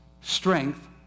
strength